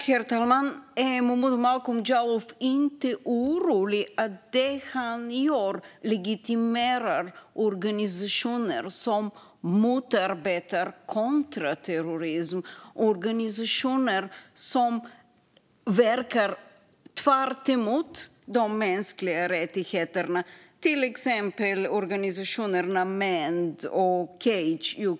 Herr talman! Är Momodou Malcolm Jallow inte orolig över att det han gör legitimerar organisationer som motarbetar kontraterrorism och som verkar tvärtemot mänskliga rättigheter, till exempel organisationerna MEND och Cage UK.